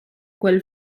quel